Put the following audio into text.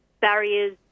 barriers